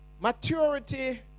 Maturity